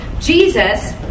Jesus